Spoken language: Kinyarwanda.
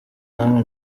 namwe